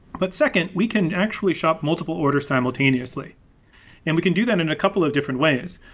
but second, we can actually shot multiple orders simultaneously and we can do that in a couple of different ways.